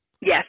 Yes